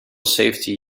safety